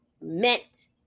meant